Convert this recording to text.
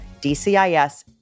DCIS